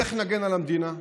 איך נגן על המדינה,